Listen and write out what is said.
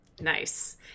nice